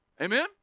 Amen